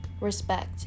Respect